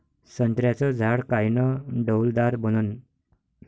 संत्र्याचं झाड कायनं डौलदार बनन?